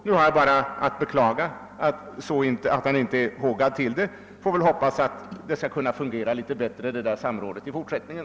Nu är det bara att beklaga att han inte är hågad härtill. Jag får väl hoppas att det ändå skall kunna fungera litet bättre i fortsättningen.